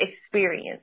experience